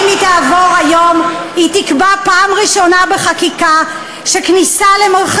אדוני היושב-ראש, לאנשים האלה, רבנים?